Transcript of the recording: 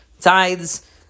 tithes